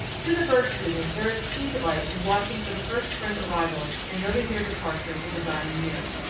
to the bird student there is keen delight in watching for the first spring arrivals and noting their departure with the dying year.